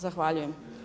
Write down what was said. Zahvaljujem.